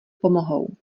pomohou